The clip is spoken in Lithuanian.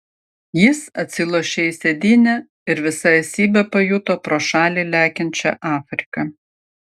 jis atsilošė į sėdynę ir visa esybe pajuto pro šalį lekiančią afriką